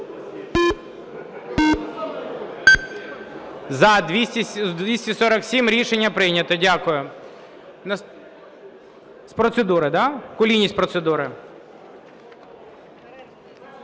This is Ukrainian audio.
За-247 Рішення прийнято. Дякую. З процедури, да? Кулініч з процедури.